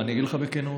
אני אגיד לך בכנות.